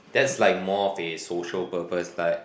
that's like more of a social purpose like